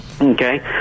Okay